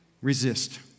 resist